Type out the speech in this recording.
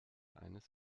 eines